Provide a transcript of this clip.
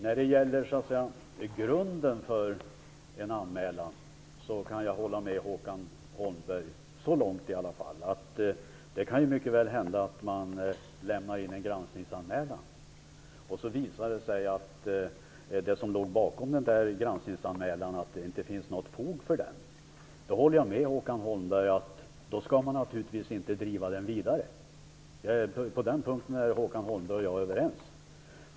Fru talman! Jag kan hålla med Håkan Holmberg så långt att man naturligtvis inte skall driva en anmälan vidare om man lämnar in en granskningsanmälan och det sedan visar sig att det inte finns något fog för det som låg bakom anmälan. På den punkten är Håkan Holmberg och jag överens.